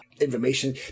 information